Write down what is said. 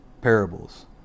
parables